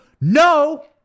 no